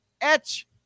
etch